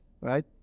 right